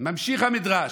ממשיך המדרש.